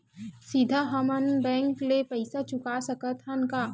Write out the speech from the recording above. सीधा हम मन बैंक ले पईसा चुका सकत हन का?